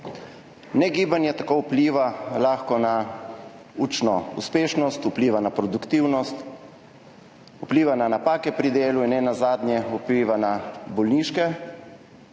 Negibanje tako vpliva na učno uspešnost, vpliva na produktivnost, vpliva lahko na napake pri delu in nenazadnje vpliva na bolniške,